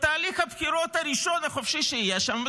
בתהליך הבחירות הראשון החופשי שיהיה שם,